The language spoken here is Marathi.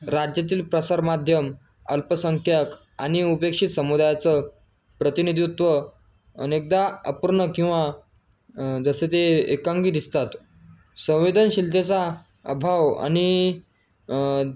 राज्यातील प्रसारमाध्यम अल्पसंख्याक आणि उपेक्षित समुदायाचं प्रतिनिधित्व अनेकदा अपूर्ण किंवा जसे ते एकांगी दिसतात संवेदनशीलतेचा अभाव आणि